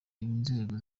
inzego